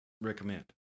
recommend